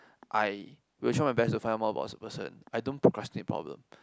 I will try my best to find out more about a person I don't procrastinate problem